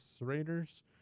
Raiders